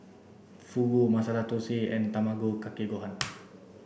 Fugu Masala Dosa and Tamago Kake Gohan